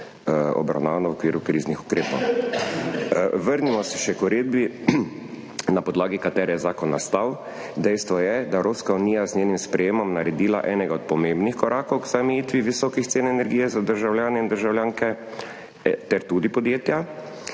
obravnavano v okviru kriznih ukrepov. Vrnimo se še k uredbi, na podlagi katere je zakon nastal. Dejstvo je, da je Evropska unija z njenim sprejemom naredila enega od pomembnih korakov k vsaj omejitvi visokih cen energije za državljane in državljanke ter tudi **15.